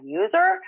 user